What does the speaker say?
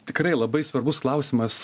tikrai labai svarbus klausimas